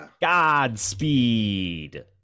Godspeed